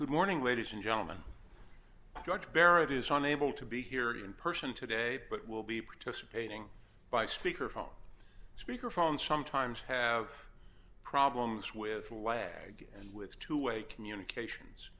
good morning ladies and gentlemen george barrett is one able to be here in person today but will be participating by speakerphone speakerphone sometimes have problems with a way and with two way communications